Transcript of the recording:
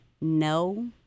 no